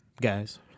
Guys